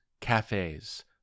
cafes